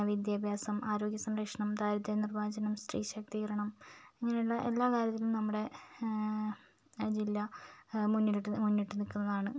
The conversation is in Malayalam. വിദ്യാഭ്യാസം ആരോഗ്യസംരക്ഷണം ദാരിദ്ര്യനിർമാർജ്ജനം സ്ത്രീശാക്തീകരണം അങ്ങനെയുള്ള എല്ലാ കാര്യത്തിനും നമ്മുടെ ജില്ലാ മുന്നിലിട്ട് മുന്നിട്ട് നിൽക്കുന്നതാണ്